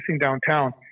downtown